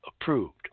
approved